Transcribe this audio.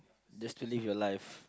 just killing your life